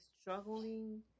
struggling